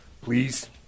please